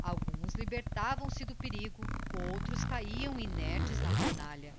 alguns libertavam se do perigo outros cahiam inertes na fornalha